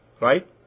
Right